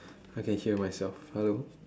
I can hear myself hello